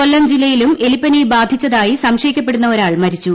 കൊല്ലം ജില്ലയിലും എലിപ്പനി ബാധിച്ചതായി സംശയിക്കപ്പെടുന്ന ഒരാൾ മരിച്ചു